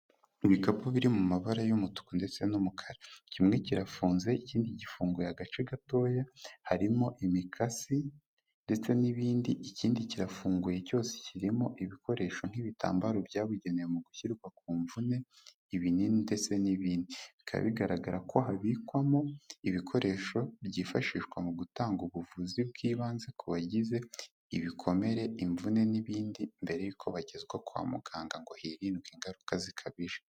Ibikapu biri mu mabara y'umutuku ndetse n'umukara. Kimwe kirafunze, ikindi gifunguye agace gatoya, harimo imikasi ndetse n'ibindi, ikindi kirafunguye cyose kirimo ibikoresho nk'ibitambaro byabugenewe mu gushyirwa ku mvune, ibinini ndetse n'ibindi. Bikaba bigaragara ko habikwamo ibikoresho byifashishwa mu gutanga ubuvuzi bw'ibanze ku bagize ibikomere, imvune n'ibindi mbere y'uko bagezwa kwa muganga ngo hirindwe ingaruka zikabije.